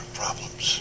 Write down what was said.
problems